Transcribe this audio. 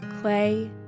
Clay